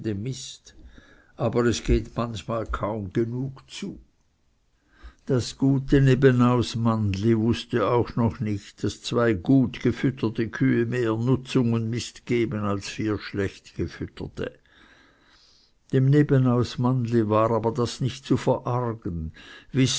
mist aber es geht manchmal kaum genug zu das gute nebenausmannli wußte auch noch nicht daß zwei gut gefütterte kühe mehr nutzung und mist geben als vier schlecht gefütterte dem nebenausmannli war aber das nicht zu verargen